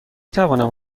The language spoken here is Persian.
توانم